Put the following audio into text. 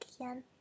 again